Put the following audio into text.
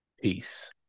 Peace